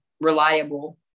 reliable